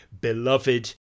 beloved